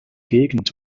gegend